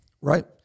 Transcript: Right